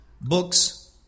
books